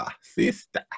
sister